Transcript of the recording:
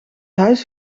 huis